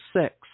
six